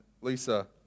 Lisa